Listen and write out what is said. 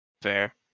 Fair